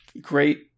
Great